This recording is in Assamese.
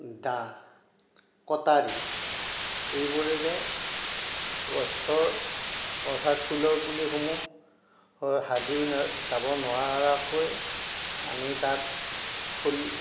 দা কটাৰী এইবোৰেৰে গছৰ অৰ্থাৎ ফুলৰ পুলিসমূহ হালি যাব নোৱাৰাকৈ আমি তাত ফুল